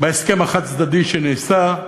במהלך החד-צדדי שנעשה,